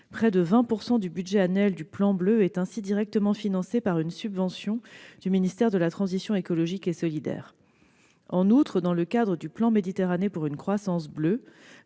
Près de 20 % du budget annuel du plan Bleu est directement financé par une subvention du ministère de la transition écologique et solidaire. En outre, dans le cadre du plan Méditerranée pour une croissance bleue,